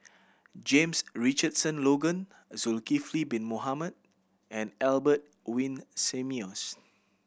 James Richardson Logan Zulkifli Bin Mohamed and Albert Winsemius